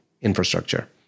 infrastructure